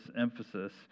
emphasis